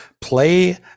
play